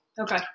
Okay